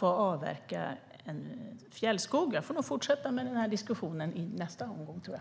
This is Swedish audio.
avverkning av fjällskog. Jag får nog fortsätta diskussionen i nästa omgång.